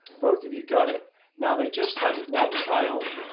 both of you got it now. they just had one child,